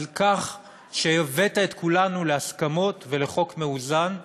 כך שהבאת את כולנו להסכמות ולחוק מאוזן ונכון.